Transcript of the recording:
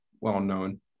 well-known